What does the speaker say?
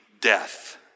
death